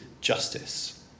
justice